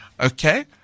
okay